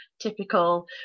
typical